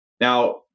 Now